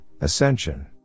Ascension